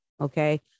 Okay